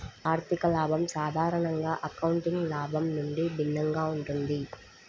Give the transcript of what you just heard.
ఆర్థిక లాభం సాధారణంగా అకౌంటింగ్ లాభం నుండి భిన్నంగా ఉంటుంది